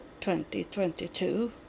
2022